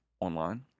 online